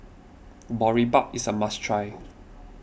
Boribap is a must try